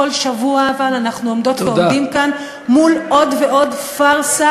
כל שבוע אבל אנחנו עומדות ועומדים כאן מול עוד ועוד פארסה